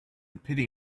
pity